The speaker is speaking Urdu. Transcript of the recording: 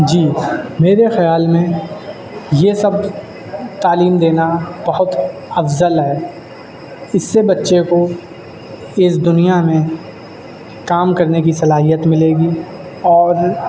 جی میرے خیال میں یہ سب تعلیم دینا بہت افضل ہے اس سے بچے کو اس دنیا میں کام کرنے کی صلاحیت ملے گی اور